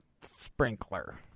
Sprinkler